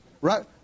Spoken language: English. right